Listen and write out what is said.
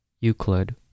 Euclid